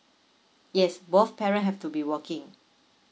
yes both parent have to be working